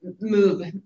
move